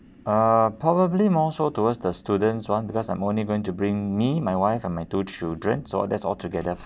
uh probably more so towards the students [one] because I'm only going to bring me my wife and my two children so that's altogether